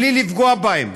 בלי לפגוע בהם,